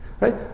Right